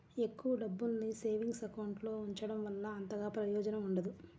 ఎక్కువ డబ్బుల్ని savings account లో ఉంచడం వల్ల అంతగా ప్రయోజనం ఉండదు